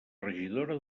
regidora